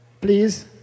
please